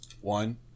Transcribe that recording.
One